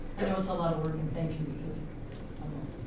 i know it's a lot of work, and thank you, because and well.